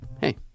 hey